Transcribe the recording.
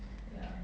yeah